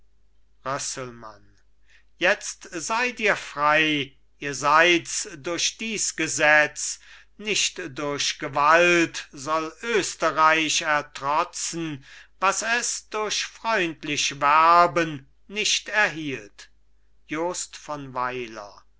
rösselmann jetzt seid ihr frei ihr seid's durch dies gesetz nicht durch gewalt soll österreich ertrotzen was es durch freundlich werben nicht erhielt jost von